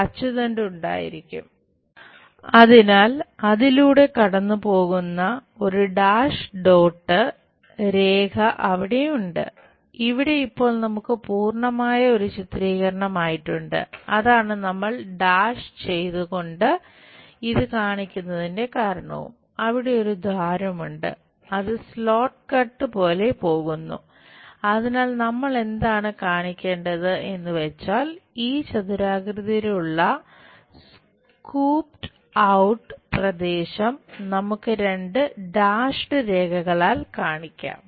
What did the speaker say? അതിനാൽ അതിലൂടെ കടന്നു പോകുന്ന ഒരു ഡാഷ് ഡോട്ട് കാണിക്കാം